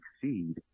succeed